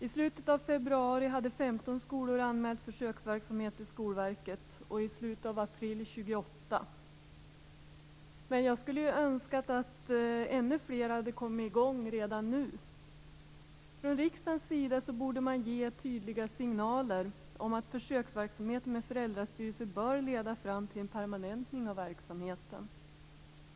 I slutet av februari hade 15 skolor anmält försöksverksamhet till Skolverket och i slutet av april 28 skolor. Men jag skulle önska att ännu fler hade kommit i gång redan nu. Från riksdagens sida borde man ge tydliga signaler om att försöksverksamheten med föräldrastyrelser bör leda fram till en permanentning av verksamheten.